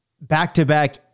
back-to-back